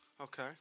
Okay